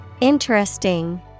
interesting